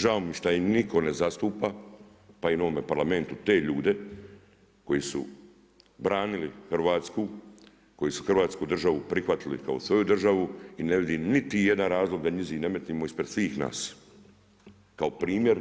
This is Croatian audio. Žao mi je što ih nitko ne zastupa, pa ni u ovome Parlamentu te ljude koji su branili Hrvatsku, koji su Hrvatsku državu prihvatili kao svoju državu i ne vidim niti jedan razlog da njizi ne metnemo ispred svih nas kao primjer